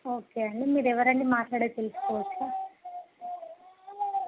okay అండి మీరు ఎవరండి మాటలాడేది తెలుసుకోవచ్చా